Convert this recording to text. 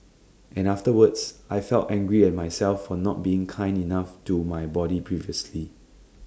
and afterwards I felt angry at myself for not being kind enough to my body previously